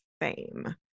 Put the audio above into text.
fame